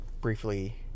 briefly